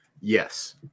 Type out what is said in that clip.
Yes